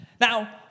Now